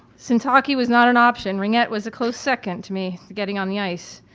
since hockey was not an option ringette was a close second to me for getting on the ice.